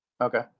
Okay